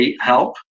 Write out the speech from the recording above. help